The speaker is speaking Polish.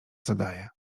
zadaję